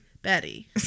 Betty